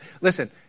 Listen